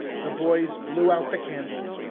the boys blew out the candles,